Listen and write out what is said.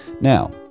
Now